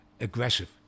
aggressive